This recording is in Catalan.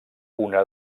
una